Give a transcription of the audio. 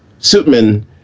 Suitman